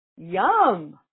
Yum